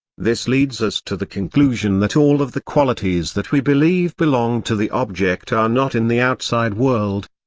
this leads us to the conclusion that all of the qualities that we believe belong to the object are not in the outside world,